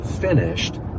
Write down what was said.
finished